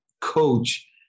coach